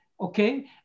Okay